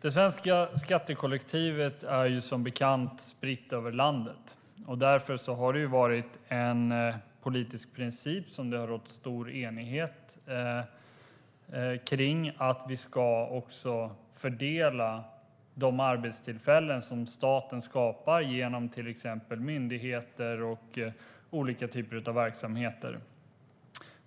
Det svenska skattekollektivet är, som bekant, spritt över landet. Det har rått stor enighet om den politiska principen att vi ska fördela de arbetstillfällen som staten skapar genom myndigheter och olika typer av verksamheter.